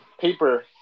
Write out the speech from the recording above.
paper